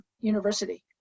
University